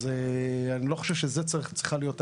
אז אני לא חושב שזו צריכה להיות המניעה,